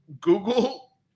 Google